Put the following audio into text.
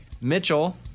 Mitchell